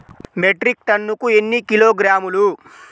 Metric టన్నుకు ఎన్ని కిలోగ్రాములు?